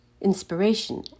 inspiration